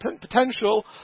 potential